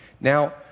now